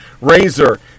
Razor